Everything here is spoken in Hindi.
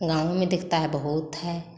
गाँव में दिखता है बहुत है